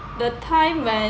the time when